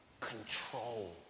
control